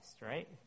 right